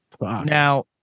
Now